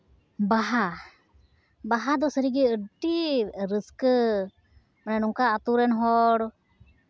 ᱵᱟᱦᱟ ᱵᱟᱦᱟ ᱫᱚ ᱥᱟᱹᱨᱤᱜᱮ ᱟᱹᱰᱤ ᱨᱟᱹᱥᱠᱟᱹ ᱢᱟᱱᱮ ᱱᱚᱝᱠᱟ ᱟᱹᱛᱩ ᱨᱮᱱ ᱦᱚᱲ